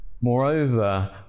Moreover